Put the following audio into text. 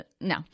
No